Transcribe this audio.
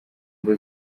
ngo